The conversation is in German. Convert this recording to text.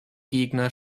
gegner